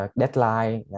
deadline